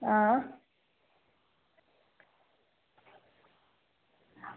आं